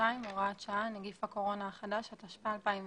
52 הוראת שעה נגיף הקורונה החדש), התשפ"א 2020